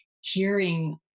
hearing